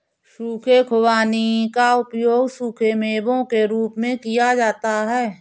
सूखे खुबानी का उपयोग सूखे मेवों के रूप में किया जाता है